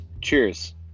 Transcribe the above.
Cheers